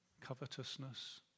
covetousness